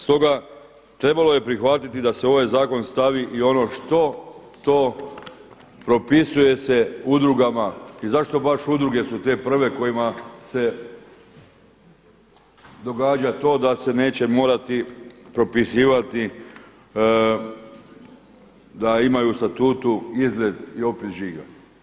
Stoga trebalo je prihvatiti da se u ovaj zakon stavi i ono što to propisuje se udrugama i zašto baš udruge su te prve kojima se događa to da se neće morati propisivati da imaju u statutu izgled i opis žiga.